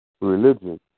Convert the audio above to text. religion